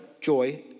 joy